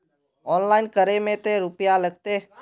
Online करे में ते रुपया लगते?